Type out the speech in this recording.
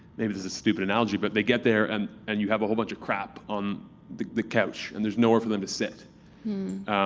maybe this is a stupid analogy, but they get there and and you have a whole bunch of crap on the the couch, and there's nowhere for them to sit